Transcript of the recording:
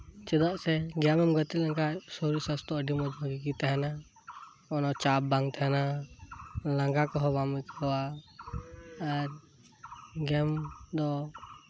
ᱪᱮᱫᱟᱜ ᱥᱮ ᱜᱮᱢᱮᱢ ᱜᱟᱛᱮ ᱞᱮᱱᱠᱷᱟᱱ ᱥᱚᱨᱤᱨ ᱥᱟᱥᱛᱷᱚ ᱟᱹᱰᱤ ᱢᱚᱸᱡ ᱵᱷᱟᱹᱜᱤ ᱜᱤ ᱛᱟᱦᱮᱱᱟ ᱚᱱᱟ ᱪᱟᱯ ᱵᱟᱝ ᱛᱟᱦᱮᱱᱟ ᱞᱟᱸᱜᱟ ᱠᱚᱦᱚ ᱵᱟᱢ ᱟᱹᱭᱠᱟᱹᱣᱟ ᱟᱨ ᱜᱮᱢ ᱫᱚ